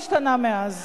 והכלכלה שלנו איננה במשבר,